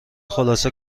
خلاصه